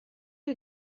you